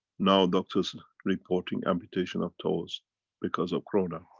now doctors reporting amputation of toes because of corona.